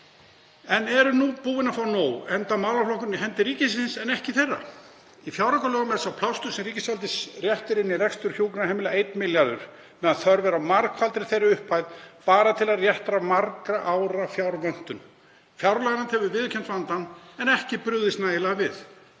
en eru nú búin að fá nóg, enda málaflokkurinn í hendi ríkisins en ekki þeirra. Í fjáraukalögum er sá plástur sem ríkisvaldið réttir inn í rekstur hjúkrunarheimila 1 milljarður, á meðan þörf er á margfaldri þeirri upphæð bara til að rétta af margra ára fjárvöntun. Fjárlaganefnd hefur viðurkennt vandann en ekki brugðist nægilega við.